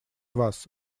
вас